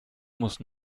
muss